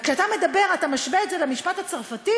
כשאתה מדבר, אתה משווה את זה למשפט הצרפתי.